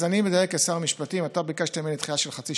לא ביקשתי לדחות.